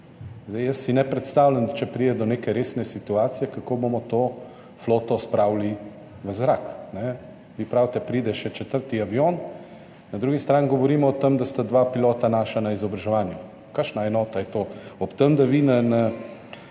Jaz si ne predstavljam, da če pride do neke resne situacije, kako bomo to floto spravili v zrak, vi pravite, da pride še četrti avion, na drugi strani govorimo o tem, da sta dva naša pilota na izobraževanju. Kakšna enota je to, ob tem, da vi na